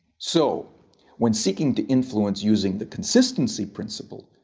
so when seeking to influence using the consistency principle,